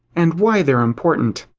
and why they're important.